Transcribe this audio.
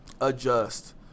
adjust